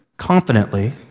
confidently